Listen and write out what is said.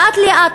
לאט-לאט,